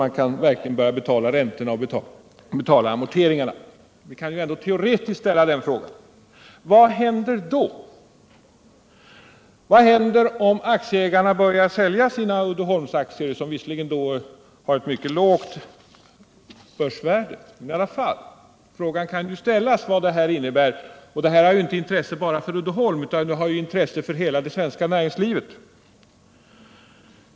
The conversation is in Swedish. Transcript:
Man kan även fråga sig vad andra som har ännu närmare kontakt med Uddeholmsföretaget anser om detta, Vad kommer att hända om aktieägarna börjar sälja sina Uddeholmsaktier, som visserligen skulle få ett mycket lågt börsvärde? Detta har intresse inte bara för Uddeholm utan för hela det svenska näringslivet.